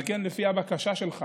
על כן, לפי הבקשה שלך,